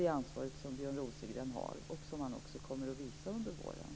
Det ansvaret har Björn Rosengren, och det kommer han också att ta under våren.